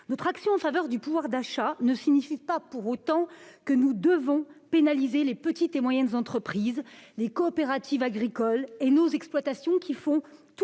Notre action en faveur du pouvoir d'achat ne signifie pas pour autant que nous devons pénaliser les petites et moyennes entreprises, les coopératives agricoles et nos exploitations qui font tout